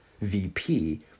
VP